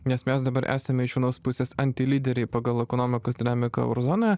nes mes dabar esame iš vienos pusės anti lyderiai pagal ekonomikos dinamiką euro zonoje